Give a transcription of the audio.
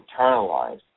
internalized